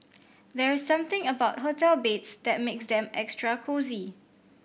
there's something about hotel beds that makes them extra cosy